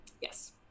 Yes